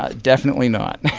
ah definitely not.